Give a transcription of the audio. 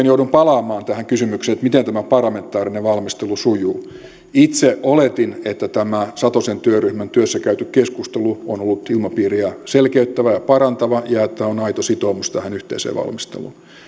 joudun palaamaan tähän kysymykseen miten tämä parlamentaarinen valmistelu sujuu itse oletin että satosen työryhmän työssä käyty keskustelu on ollut ilmapiiriä selkeyttävä ja parantava ja että on aito sitoumus tähän yhteiseen valmisteluun